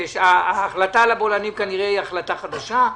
ההחלטה על הבולענים היא כנראה החלטה חדשה.